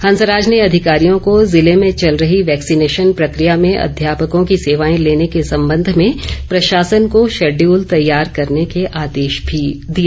हंसराज ने अधिकारियों को जिले में चल रही वैक्सीनेशन प्रक्रिया में अध्यापकों की सेवाए लेने के संबंध में प्रशासन को शड्यूल तैयार करने के आदेश भी दिए